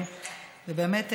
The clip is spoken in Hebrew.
ובאמת,